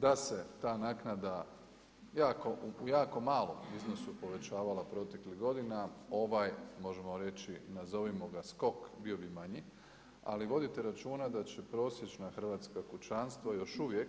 Da se ta naknada u jako malom iznosu povećavala proteklih godina, ovaj možemo reći, nazovimo ga skok, bio bi manji, ali vodite računa da će prosječna hrvatska kućanstva još uvijek